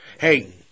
Hey –